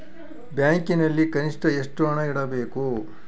ಬ್ಯಾಂಕಿನಲ್ಲಿ ಕನಿಷ್ಟ ಎಷ್ಟು ಹಣ ಇಡಬೇಕು?